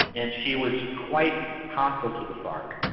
and she was quite hostile to the farc,